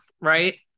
right